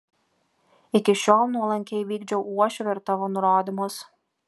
iki šiol nuolankiai vykdžiau uošvio ir tavo nurodymus